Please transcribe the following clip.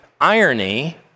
irony